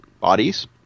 bodies